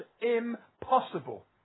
impossible